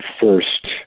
first